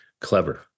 clever